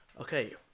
Okay